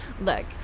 Look